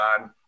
on